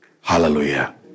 Hallelujah